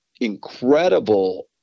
incredible